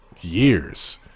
years